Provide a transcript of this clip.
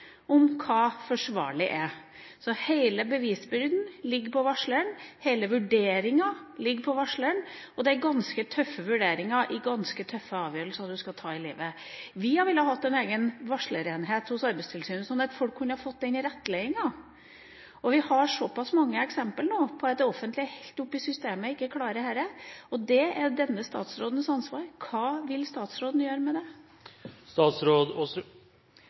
om hva som er forsvarlig. Hele bevisbyrden og hele vurderinga ligger hos varsleren. Det er ganske tøffe vurderinger og ganske tøffe avgjørelser en skal ta. Vi har villet ha en egen varslerenhet hos Arbeidstilsynet slik at folk kunne fått rettleiing. Vi har mange eksempler nå på at det offentlige langt oppe i systemet ikke klarer dette. Det er denne statsrådens ansvar. Hva vil statsråden gjøre med